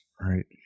right